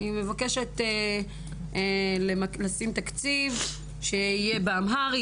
אני מבקשת לשים תקציב שיהיה באמהרית,